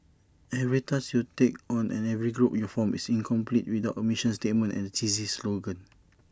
every task you take on and every group you form is incomplete without A mission statement and A cheesy slogan